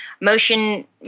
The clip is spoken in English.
motion